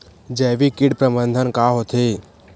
जैविक कीट प्रबंधन का होथे?